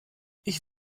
ich